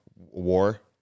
war